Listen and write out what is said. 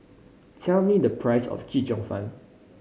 tell me the price of Chee Cheong Fun